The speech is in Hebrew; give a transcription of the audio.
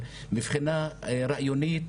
אבל מבחינה רעיונית